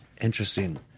Interesting